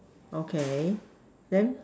okay then